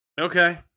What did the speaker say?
Okay